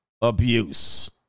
abuse